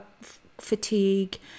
fatigue